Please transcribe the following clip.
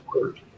word